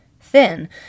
thin